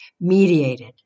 mediated